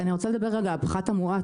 אני רוצה לדבר על הפחת המואץ,